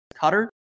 cutter